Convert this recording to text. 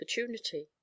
opportunity